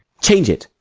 change it,